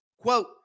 quote